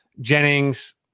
Jennings